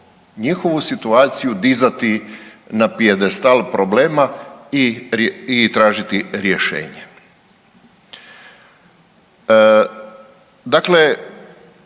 njihovu situaciju dizati na pijedestal problema i tražiti rješenje,